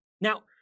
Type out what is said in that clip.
Now